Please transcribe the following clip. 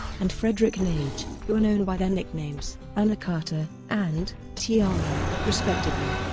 and fredrik neij, who are known by their nicknames anakata and tiamo, respectively.